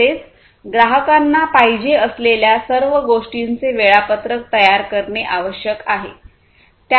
तसेच ग्राहकांना पाहिजे असलेल्या सर्व गोष्टींचे वेळापत्रक तयार करणे आवश्यक आहे